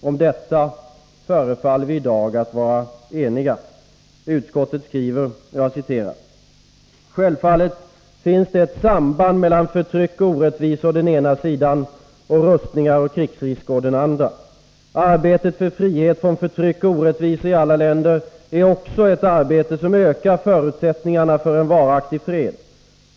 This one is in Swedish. Om detta förefaller vi i dag att vara eniga. Utskottet skriver: ”Självfallet finns det ett samband mellan förtryck och orättvisor å den ena sidan och rustningar och krigsrisker å den andra. Arbetet för frihet från förtryck och orättvisor i alla länder är också ett arbete som ökar förutsättningarna för en varaktig fred.